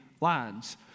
lines